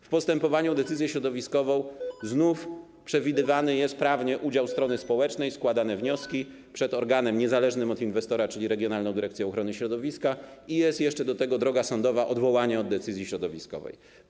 W postępowaniu w sprawie decyzji środowiskowej znów przewidywany jest prawnie udział strony społecznej, składane są wnioski przed organem niezależnym od inwestora, czyli regionalną dyrekcją ochrony środowiska, i jest jeszcze do tego droga sądowa, odwołanie od decyzji środowiskowej.